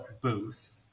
booth